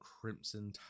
crimson